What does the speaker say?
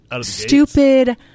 stupid